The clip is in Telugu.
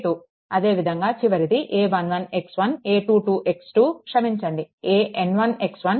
అదేవిధంగా చివరిది a11x1 a22x2 క్షమించండి an1x1 an2x2